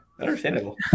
understandable